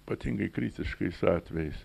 ypatingai kritiškais atvejais